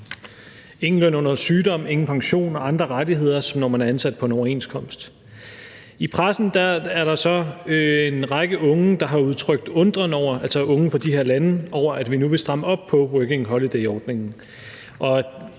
Ingen løn under sygdom, ingen pension eller andre rettigheder, som når man er ansat på en overenskomst. I pressen er der så en række unge fra de her lande, der har udtrykt undren over, at vi nu vil stramme op Working Holiday-ordningen.